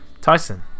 Tyson